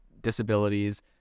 disabilities